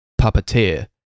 puppeteer